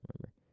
remember